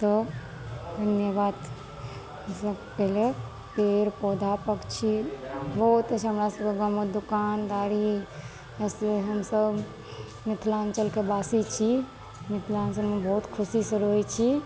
धन्यवाद सब पहिले पेड़ पौधा पक्षी बहुत अछि हमरा सबके गाँव मे दोकानदारी जैसे हमसब मिथिलांचल के बासी छी मिथिलांचल मे बहुत खुशी सऽ रहय छी